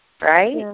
Right